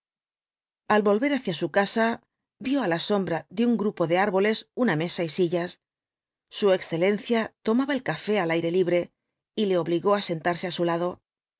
al volver hacia su casa vio á la sombra de un grupo de árboles una mesa y sillas su excelencia tomaba el café al aire libre y le obligó á sentarse á su lado